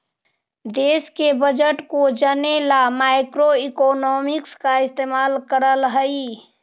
देश के बजट को जने ला मैक्रोइकॉनॉमिक्स का इस्तेमाल करल हई